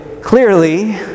clearly